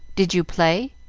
did you play?